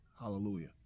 Hallelujah